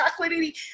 chocolatey